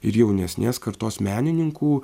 ir jaunesnės kartos menininkų